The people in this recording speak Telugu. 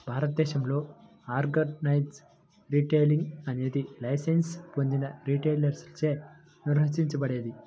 భారతదేశంలో ఆర్గనైజ్డ్ రిటైలింగ్ అనేది లైసెన్స్ పొందిన రిటైలర్లచే నిర్వహించబడేది